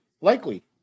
Likely